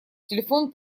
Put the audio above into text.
телефон